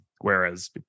Whereas